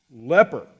leper